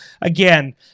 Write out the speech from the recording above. again